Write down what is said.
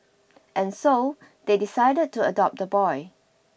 and so they decided to adopt the boy